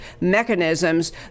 mechanisms